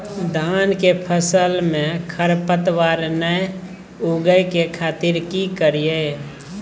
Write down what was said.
धान के फसल में खरपतवार नय उगय के खातिर की करियै?